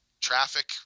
traffic